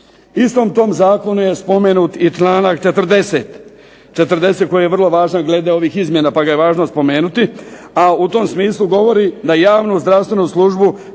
istom tom zakonu je spomenut i članak 40. koji je vrlo važan glede ovih izmjena pa ga je važno spomenuti. A u tom smislu govori da javnu zdravstvenu službu